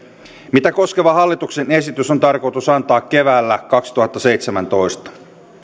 mitä koskeva hallituksen esitys on tarkoitus antaa keväällä kaksituhattaseitsemäntoista